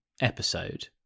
episode